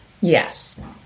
Yes